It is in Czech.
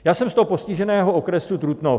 Já jsem z postiženého okresu Trutnov.